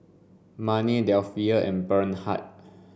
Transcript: Marnie Delphia and Bernhard